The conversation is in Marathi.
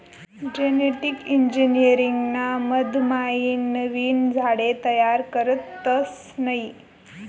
जेनेटिक इंजिनीअरिंग ना मधमाईन नवीन झाडे तयार करतस नयी